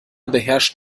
beherrscht